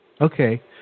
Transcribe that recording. Okay